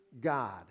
God